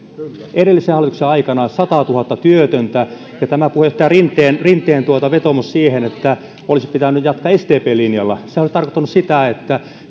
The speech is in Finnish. edellisen hallituksen aikana satatuhatta työtöntä ja tämä rinteen rinteen vetoomus siitä että olisi pitänyt jatkaa sdpn linjalla olisi tarkoittanut sitä että